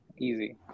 easy